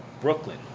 Brooklyn